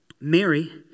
Mary